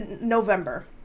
November